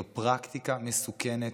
זו פרקטיקה מסוכנת,